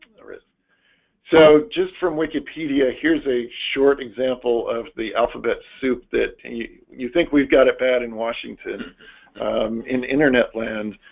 there is so just from wikipedia here's a short example of the alphabet soup that he you think we've got it bad in washington in internet land,